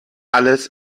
alles